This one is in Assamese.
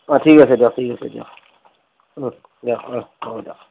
ঠিক আছে দিয়ক ঠিক আছে দিয়ক অঁ দিয়ক অঁ হ'ব দিয়ক